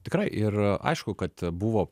tikra ir aišku kad buvo